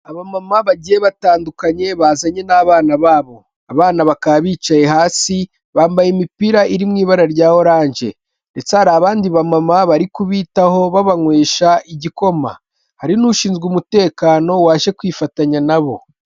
Abamama bagiye batandukanye, bazanye n'abana babo; abana bakaba bicaye hasi, bambaye imipira iri mu ibara rya oranje ndetse hari abandi bamama bari kubitaho, babanywesha igikoma, hari n'ushinzwe umutekano, waje kwifatanya na bo.